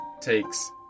takes